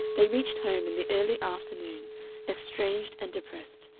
they reached home in the early afternoon estranged and depressed,